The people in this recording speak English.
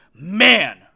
Man